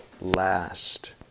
last